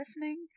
listening